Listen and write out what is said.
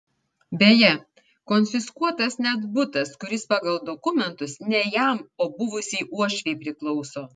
beje konfiskuotas net butas kuris pagal dokumentus ne jam o buvusiai uošvei priklauso